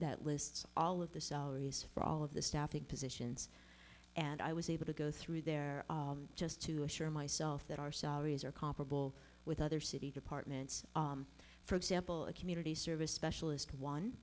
that lists all of the salaries for all of the staffing positions and i was able to go through there just to assure myself that our salaries are comparable with other city departments for example a community service specialist one